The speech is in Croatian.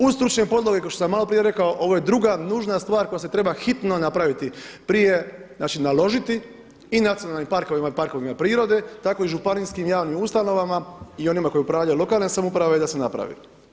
Uz stručne podloge kao što sam malo prije rekao ovo je druga nužna stvar koja se treba hitno napraviti prije, znači naložiti i nacionalnim parkovima i parkovima prirode, tako i županijskim javnim ustanovama i onima koji upravljaju lokalne samouprave i da se napravi.